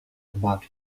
about